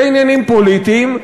זה עניינים פוליטיים.